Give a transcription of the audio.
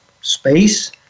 space